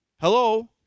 Hello